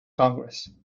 congress